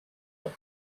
non